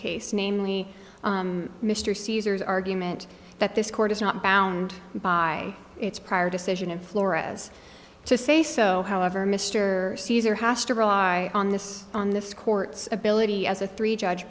case namely mr cesar's argument that this court is not bound by its prior decision in florida as to say so however mr caesar has to rely on this on this court's ability as a three judge